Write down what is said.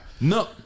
No